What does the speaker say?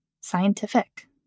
scientific